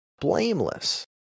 blameless